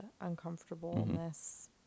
uncomfortableness